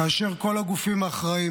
כאשר כל הגופים האחראים,